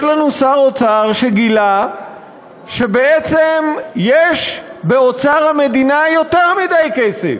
יש לנו שר אוצר שגילה שבעצם יש באוצר המדינה יותר מדי כסף,